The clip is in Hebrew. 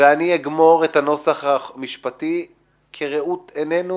ואנחנו נגמור את הנוסח המשפטי כראות עינינו